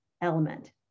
element